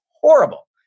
horrible